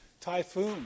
typhoon